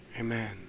Amen